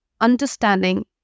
understanding